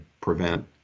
prevent